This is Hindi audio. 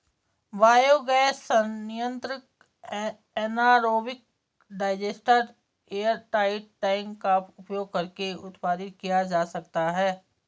बायोगैस संयंत्र एनारोबिक डाइजेस्टर एयरटाइट टैंक का उपयोग करके उत्पादित किया जा सकता है